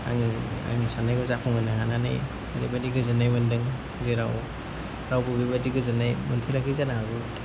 आङो आंनि सान्नायखौ जाफुंहोनो हानानै ओरैबादि गोजोननाय मोनदों जेराव रावबो बेबादि गोजोन्नाय मोनफेराखै जानो हागौ